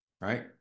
right